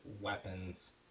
weapons